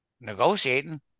negotiating